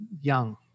young